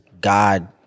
God